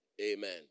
Amen